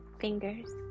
fingers